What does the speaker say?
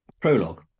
prologue